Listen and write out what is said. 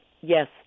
yes